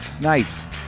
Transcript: Nice